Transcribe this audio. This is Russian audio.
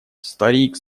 старик